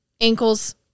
ankles